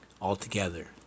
altogether